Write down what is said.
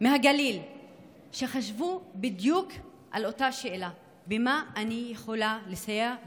מהגליל שחשבו בדיוק על אותה שאלה: במה אני יכולה לסייע?